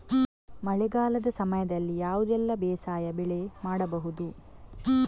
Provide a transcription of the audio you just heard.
ಮಳೆಗಾಲದ ಸಮಯದಲ್ಲಿ ಯಾವುದೆಲ್ಲ ಬೇಸಾಯ ಬೆಳೆ ಮಾಡಬಹುದು?